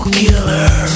killer